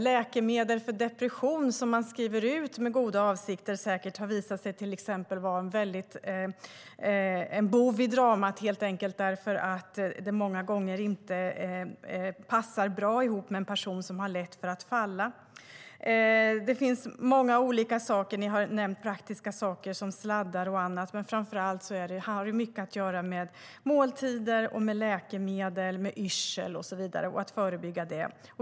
Läkemedel mot depression som säkert skrivs ut med goda avsikter har visat sig vara en bov i dramat helt enkelt därför att det många gånger inte passar bra ihop med en person som har lätt för att falla. Det finns många olika saker. Ni har nämnt praktiska saker som sladdar och annat. Framför allt har det mycket att göra med måltider, läkemedel, yrsel och så vidare och att förebygga det.